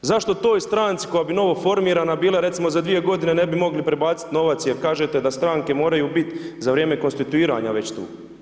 Zašto toj stranci koja je bi novoformirana bila, recimo, za dvije godine ne bi mogli prebaciti novac jer kažete da stranke moraju biti za vrijeme konstituiranja već tu.